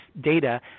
data